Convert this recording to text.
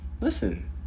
listen